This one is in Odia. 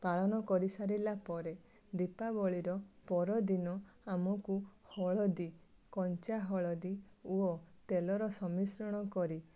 ପାଳନ କରିସାରିଲା ପରେ ଦୀପାବଳୀର ପରଦିନ ଆମକୁ ହଳଦୀ କଞ୍ଚାହଳଦୀ ଓ ତେଲର ସମ୍ମିଶ୍ରଣ କରି